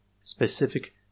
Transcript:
Specific